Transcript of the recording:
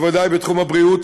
בוודאי בתחום הבריאות,